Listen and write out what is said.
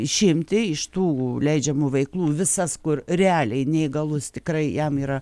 išimti iš tų leidžiamų veiklų visas kur realiai neįgalus tikrai jam yra